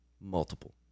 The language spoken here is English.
Multiple